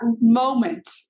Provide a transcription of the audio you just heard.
moment